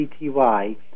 CTY